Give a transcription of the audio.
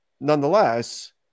nonetheless